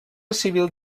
civil